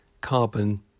carbon